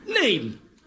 Name